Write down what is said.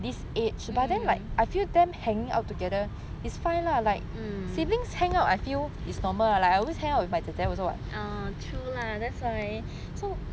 true lah that's why so